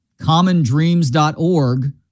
commondreams.org